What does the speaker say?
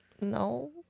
No